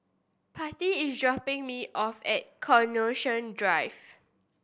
Patti is dropping me off at Coronation Drive